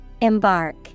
Embark